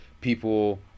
people